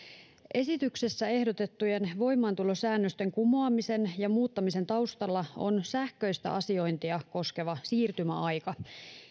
esityksessä ehdotettujen voimaantulosäännösten kumoamisen ja muuttamisen taustalla on sähköistä asiointia koskeva siirtymäaika